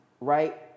Right